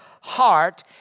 heart